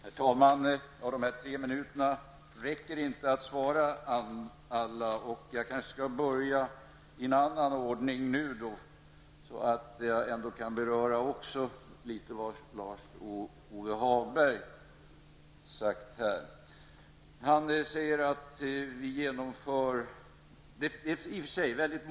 Herr talman! De tre minuterna räcker inte till för att svara på alla frågor. Jag skall börja i en annan ordning den här gången, så att jag också något kan kommentera det som Lars-Ove Hagberg har sagt.